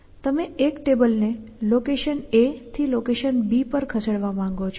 અને તમે એક ટેબલને લોકેશન A થી લોકેશન B પર ખસેડવા માંગો છો